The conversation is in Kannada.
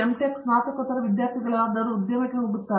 ಟೆಕ್ ಸ್ನಾತಕೋತ್ತರ ವಿದ್ಯಾರ್ಥಿಗಳಾದವರು ಉದ್ಯಮಕ್ಕೆ ಹೋಗುತ್ತಾರೆ